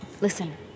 Listen